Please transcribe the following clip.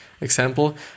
Example